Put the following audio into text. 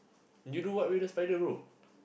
you do what with the spider bro